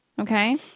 Okay